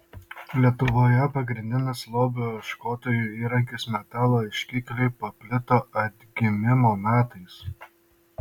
lietuvoje pagrindinis lobių ieškotojų įrankis metalo ieškikliai paplito atgimimo metais